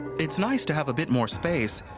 it's nice to have a bit more space,